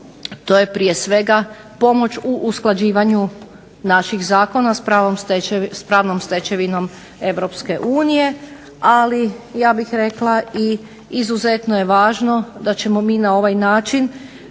to je prije svega pomoć u usklađivanju naših zakona s pravnom stečevinom EU, ali ja bih rekla i izuzetno je važno da ćemo mi na ovaj način